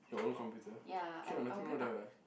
your own computer K what nothing wrong with that what